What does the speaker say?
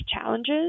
challenges